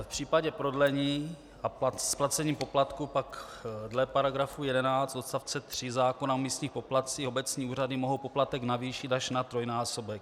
V případě prodlení a splacení poplatků pak dle § 11 odst. 3 zákona o místních poplatcích obecní úřady mohou poplatek navýšit až na trojnásobek.